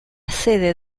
sede